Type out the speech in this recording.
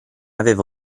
aveva